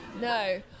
No